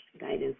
guidance